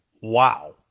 wow